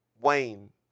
Wayne